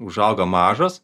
užauga mažas